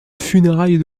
funérailles